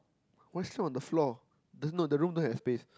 why sit on the floor there's no the room don't have space